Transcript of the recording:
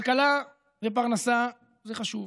כלכלה ופרנסה זה חשוב